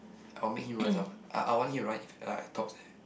I'll make him run some I I want him run in like tops eh